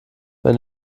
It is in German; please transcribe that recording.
wenn